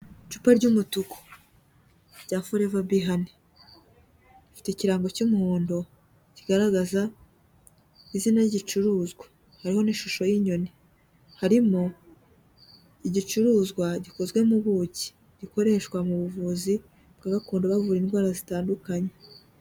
Icupa ry'umutuku rya foreva bihani, rifite ikirango cy'umuhondo kigaragaza izina ry'igicuruzwa, hariho n'ishusho y'inyoni, harimo igicuruzwa gikozwe mu buki gikoreshwa mu buvuzi bwa gakondo bavura indwara zitandukanye.